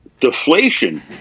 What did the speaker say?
deflation